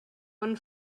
one